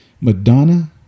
Madonna